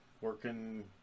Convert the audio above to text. working